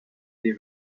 des